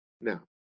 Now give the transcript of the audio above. Now